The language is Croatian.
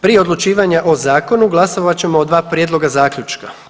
Prije odlučivanja o zakonu, glasovat ćemo o 2 prijedloga zaključka.